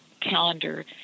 calendar